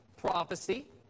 Prophecy